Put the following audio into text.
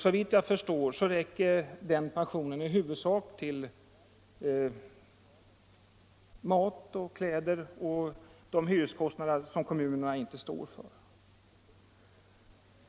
Såvitt jag förstår används folkpensionen i huvudsak till mat, kläder och den hyreskostnad som kommunen inte står för.